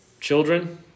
Children